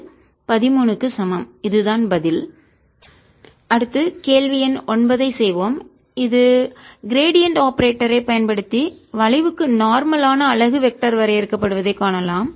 Vxyzz 2x2 3y2 V1211 2 12 13 2x23y2 z13 அடுத்து கேள்வி எண் 9 ஐச் செய்வோம் இது கிரேடியண்ட் ஆபரேட்டர் ஐ பயன்படுத்தி வளைவுக்கு நார்மல் ஆன அலகு வெக்டர் வரையறுக்கப் படுவதைக் காணலாம்